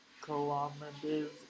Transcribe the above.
kilometers